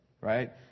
right